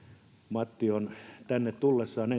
matti entinen aktiiviurheilija on tänne tullessaan